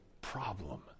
problem